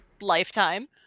lifetime